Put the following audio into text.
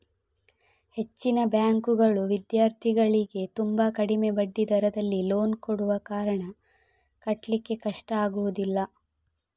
ಹೆಚ್ಚಿನ ಬ್ಯಾಂಕುಗಳು ವಿದ್ಯಾರ್ಥಿಗಳಿಗೆ ತುಂಬಾ ಕಡಿಮೆ ಬಡ್ಡಿ ದರದಲ್ಲಿ ಲೋನ್ ಕೊಡುವ ಕಾರಣ ಕಟ್ಲಿಕ್ಕೆ ಕಷ್ಟ ಆಗುದಿಲ್ಲ